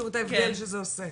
תראו את ההבדל שזה עושה.